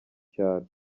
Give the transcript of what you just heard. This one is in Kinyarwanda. cyaro